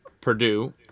purdue